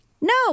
no